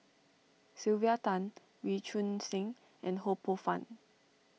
Sylvia Tan Wee Choon Seng and Ho Poh Fun